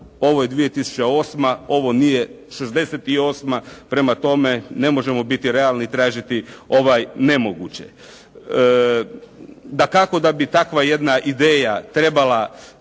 Ovo je 2008., ovo nije '68., prema tome ne možemo biti realni, tražiti nemoguće. Dakako da bi takva jedna ideja trebala